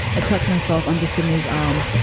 i took myself under simos arm,